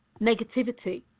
negativity